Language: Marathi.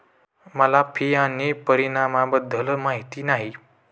मला फी आणि परिणामाबद्दल माहिती नाही